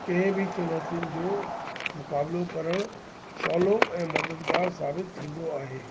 कंहिं बि चुनौतियुनि जो मुकाबलो करण सवलो ऐं मददगार साबित थींदो आहे